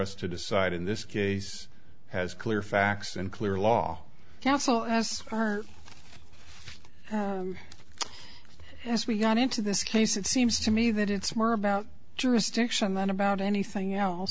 us to decide in this case has clear facts and clear law council as far as we got into this case it seems to me that it's more about jurisdiction than about anything else